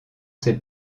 ses